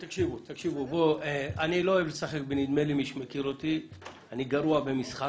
אני לא אוהב לשחק ב"נדמה לי" אני גרוע במשחק.